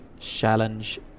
challenge